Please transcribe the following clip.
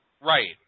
Right